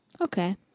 Okay